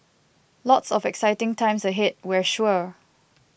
lots of exciting times ahead we're sure